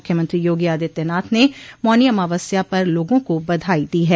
मुख्यमंत्री योगी आदित्यनाथ ने मौनी अमावस्या पर लोगों को बधाई दी है